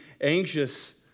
anxious